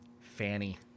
Fanny